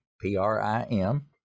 P-R-I-M